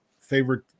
favorite